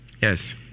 yes